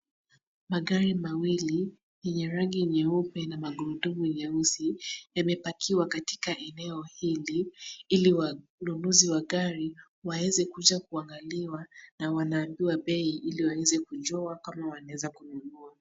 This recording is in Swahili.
Magari mawili yenye rangi nyeupe na magurudumu nyeusi yamepakiwa katika eneo hili ili wanunuzi wa gari waeze kuja kuangaliwa na wanaambiwa bei ili waeze kujua kama wanaweza kununua.